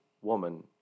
woman